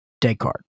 Descartes